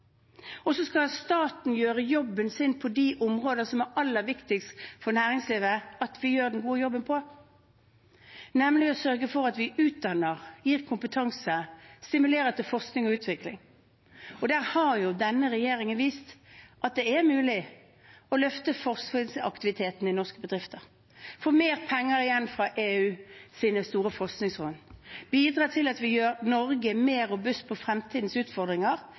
skal staten gjøre jobben sin på de områder som det er aller viktigst for næringslivet at vi gjør den gode jobben på, nemlig sørge for at vi utdanner, gir kompetanse og stimulerer til forskning og utvikling. Der har denne regjeringen vist at det er mulig å løfte forskningsaktiviteten i norske bedrifter, få mer penger igjen fra EUs store forskningsfond, bidra til at vi gjør Norge mer robust overfor fremtidens utfordringer